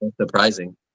surprising